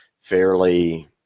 fairly